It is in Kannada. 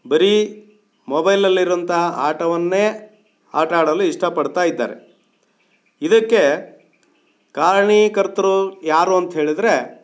ಬರೀ ಮೊಬೈಲಲ್ಲಿರೋಂಥ ಆಟವನ್ನೇ ಆಟಾಡಲು ಇಷ್ಟಪಡ್ತಾ ಇದ್ದಾರೆ ಇದಕ್ಕೆ ಕಾರಣೀಕರ್ತರು ಯಾರು ಅಂತ ಹೇಳಿದ್ರೆ